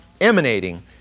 emanating